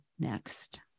next